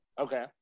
Okay